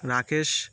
Rakesh